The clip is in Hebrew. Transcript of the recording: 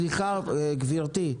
סליחה, גברתי.